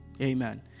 Amen